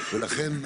לכן,